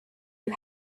you